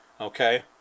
okay